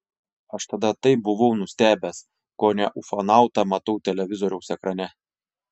aš tada taip buvau nustebęs kone ufonautą matau televizoriaus ekrane